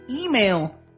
Email